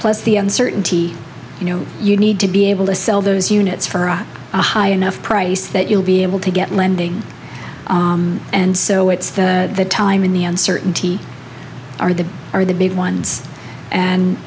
plus the uncertainty you know you need to be able to sell those units for a high enough price that you'll be able to get lending and so it's the time in the uncertainty are the or the big ones and